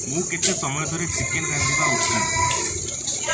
ମୁଁ କେତେ ସମୟ ଧରି ଚିକେନ୍ ରାନ୍ଧିବା ଉଚିତ୍